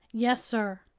yes, sir.